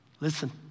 Listen